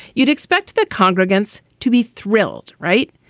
you'd expect the congregants to be thrilled, right?